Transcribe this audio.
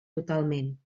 totalment